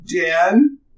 Dan